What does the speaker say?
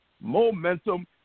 Momentum